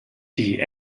die